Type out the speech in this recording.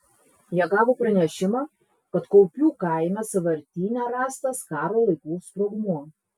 jie gavo pranešimą kad kaupių kaime sąvartyne rastas karo laikų sprogmuo